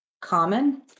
common